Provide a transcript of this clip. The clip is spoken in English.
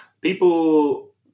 People